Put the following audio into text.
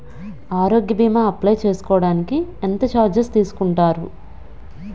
ఆరోగ్య భీమా అప్లయ్ చేసుకోడానికి ఎంత చార్జెస్ తీసుకుంటారు?